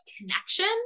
connection